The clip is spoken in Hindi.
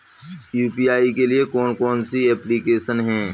यू.पी.आई के लिए कौन कौन सी एप्लिकेशन हैं?